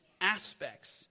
aspects